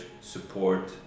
support